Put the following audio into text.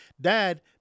dad